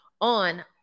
on